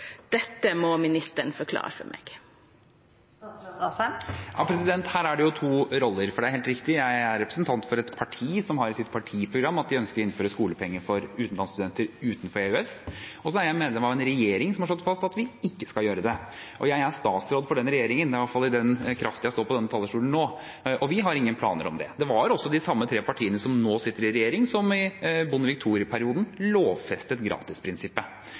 Dette må statsråden forklare for meg. Her er det to roller. Det er helt riktig at jeg er representant for et parti som har i sitt partiprogram at man ønsker å innføre skolepenger for utenlandsstudenter fra land utenfor EØS. Så er jeg medlem av en regjering som har slått fast at vi ikke skal gjøre det. Jeg er statsråd for denne regjeringen – det er i iallfall i kraft av det jeg står på denne talerstolen nå – og vi har ingen planer om det. Det var også de samme tre partiene som nå sitter i regjering, som i Bondevik II-perioden lovfestet gratisprinsippet.